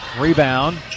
Rebound